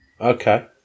Okay